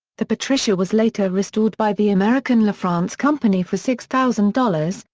the patricia was later restored by the american lafrance company for six thousand dollars,